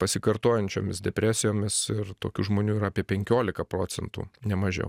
pasikartojančiomis depresijomis ir tokių žmonių yra apie penkiolika procentų ne mažiau